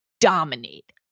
dominate